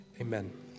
Amen